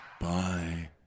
bye